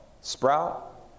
sprout